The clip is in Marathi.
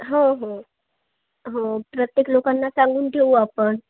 हो हो हो प्रत्येक लोकांना सांगून ठेवू आपण